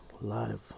Live